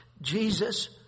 Jesus